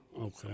Okay